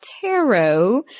tarot